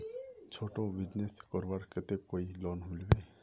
छोटो बिजनेस करवार केते कोई लोन मिलबे?